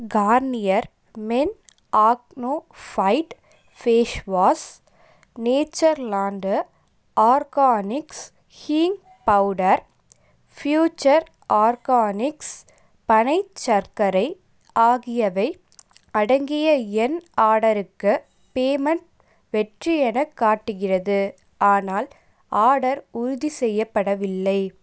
Garnier men acno fight facewash Natureland Organics hing powder Future Organics பனைச் சர்க்கரை ஆகியவை அடங்கிய என் ஆர்டருக்கு பேமெண்ட் வெற்றி எனக் காட்டுகிறது ஆனால் ஆர்டர் உறுதி செய்யப்படவில்லை